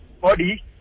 body